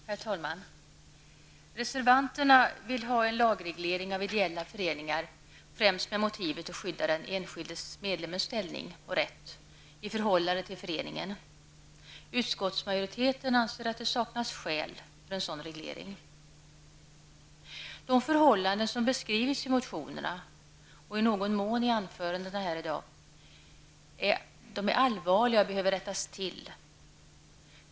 Herr talman! Reservanterna vill ha en lagreglering av ideella föreningar främst med motivet att skydda den enskildes ställning och rätt i förhållande till föreningen. Utskottsmajoriteten anser att det saknas skäl för en sådan reglering. De förhållanden som beskrivits i motionerna och i någon mån i anförandena här i dag är allvarliga och behöver rättas till.